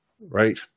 right